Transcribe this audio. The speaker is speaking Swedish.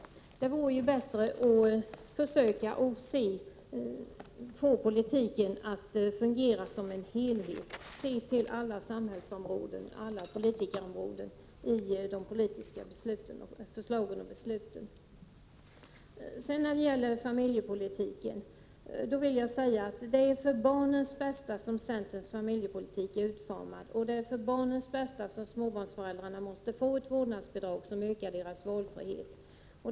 Men det vore bättre att försöka få politiken att fungera som en helhet, att se alla samhällsområden, alla politikområden i de politiska förslagen och besluten. När det gäller familjepolitiken vill jag säga att det är för barnens bästa som centerns familjepolitik är utformad, och det är för barnens bästa som småbarnsföräldrarna måste få vårdnadsbidrag som ökar deras valfrihet.